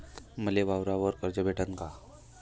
मले वावरावर कर्ज भेटन का?